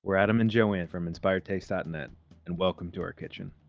we're adam and joanne from inspiredtaste dot and net and welcome to our kitchen.